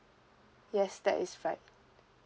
yes that is right